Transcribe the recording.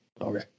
Okay